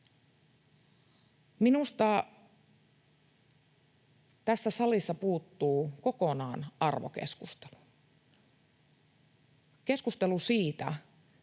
Minusta tästä salista puuttuu kokonaan arvokeskustelu, keskustelu siitä,